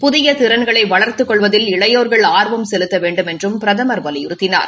புதிய திறன்களை வளர்த்துக் கொள்வதில் இளையோர்கள் ஆர்வம் செலுத்த வேண்டுமென்றும் பிரதமர் வலியுறுத்தினார்